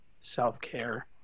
self-care